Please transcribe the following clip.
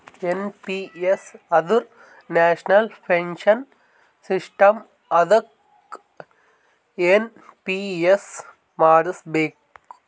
N P S ಅಂದುರ್ national pension system ಅದ್ದುಕ ಎನ್.ಪಿ.ಎಸ್ ಮಾಡುಸ್ಬೇಕ್